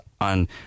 on